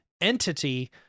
entity